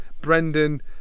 Brendan